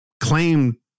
claim